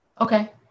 Okay